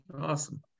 Awesome